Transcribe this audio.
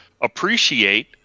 appreciate